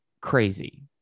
crazy